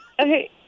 Okay